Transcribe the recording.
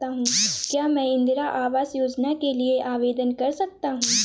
क्या मैं इंदिरा आवास योजना के लिए आवेदन कर सकता हूँ?